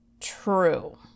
true